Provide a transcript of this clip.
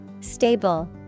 Stable